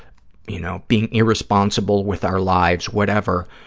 you know, being irresponsible with our lives, whatever,